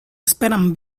esperan